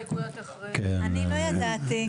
אני לא ידעתי.